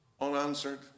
unanswered